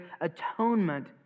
atonement